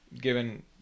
given